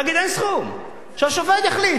להגיד: אין סכום, שהשופט יחליט.